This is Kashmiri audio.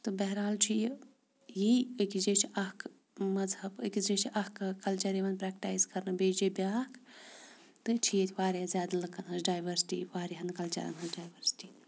تہٕ بحرحال چھُ یہِ یی أکِس جاے چھِ اَکھ مذہب أکِس جاے چھِ کَلچَر یِوان پرٛکٹایز کَرنہٕ بیٚیہِ جاے بیٛاکھ تہٕ چھِ ییٚتہِ واریاہ زیادٕ لُکَن ہٕنٛز ڈایؤرسٹی واریاہَن کَلچَرَن ہٕنٛز ڈایؤرسٹی